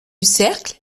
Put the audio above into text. cercle